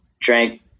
drank